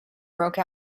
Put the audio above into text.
broke